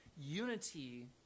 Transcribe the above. Unity